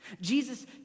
Jesus